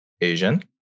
Asian